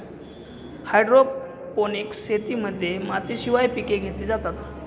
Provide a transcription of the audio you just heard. hydroponics शेतीमध्ये मातीशिवाय पिके घेतली जातात